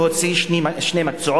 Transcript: להוציא שני מקצועות,